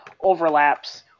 overlaps